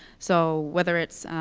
so whether it's